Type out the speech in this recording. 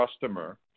customer